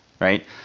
right